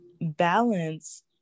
balance